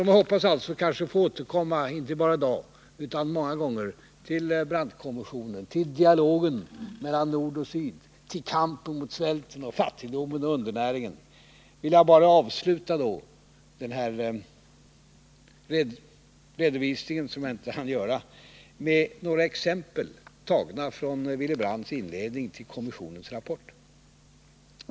Jag hoppas att få återkomma —inte bara i dag utan många gånger — till Brandtkommissionen, till dialogen mellan nord och syd samt till kampen mot svält, fattigdom och undernäring. Jag vill avsluta detta anförande med några exempel, tagna från Willy Brandts inledning till kommissionens rapport.